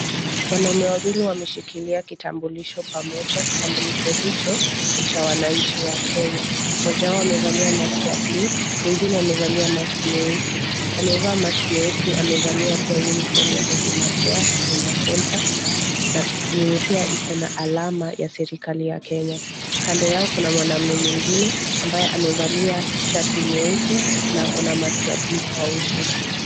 Wanaume wawili wameshikilia kitambulisho pamoja. Kitambulisho hicho ni cha wananchi wa Kenya. Mmoja wao amevalia maski ya bluu, mwingine amevalia maski nyeusi. Aliyevaa maski nyeusi amevalia pia uniform ya Huduma Care, Huduma Centre, yenye pia iko na alama ya serikali ya Kenya. Kando yao kuna mwanamume mwingine ambaye amevalia shati nyeupe na ako na mask ya bluu kwa uso.